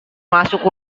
masuk